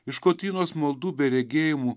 iš kotrynos maldų bei regėjimų